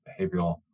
behavioral